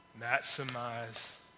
Maximize